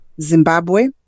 Zimbabwe